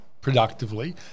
productively